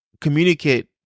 communicate